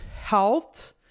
health